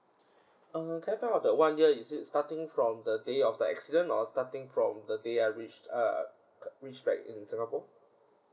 uh can I find out the one year is it starting from the day of the accident or starting from the day I reached I I reached back in singapore